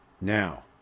Now